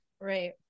Right